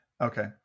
okay